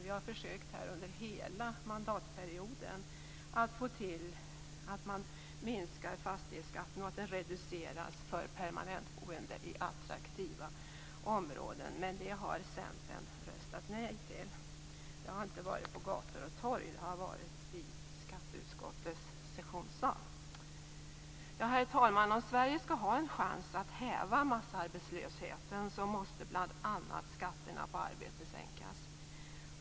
Vi har under hela mandatperioden försökt att få till en minskning av fastighetsskatten och en reducering när det gäller permanentboende i attraktiva områden, men det har Centern röstat nej till. Det har inte skett på gator och torg utan i skatteutskottets sessionssal. Herr talman! Om Sverige skall ha en chans att häva massarbetslösheten måste bl.a. skatterna på arbete sänkas.